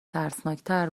ترسناکتر